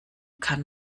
kann